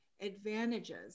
advantages